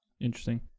interesting